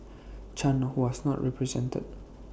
chan who was not represented